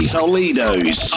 Toledo's